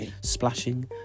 splashing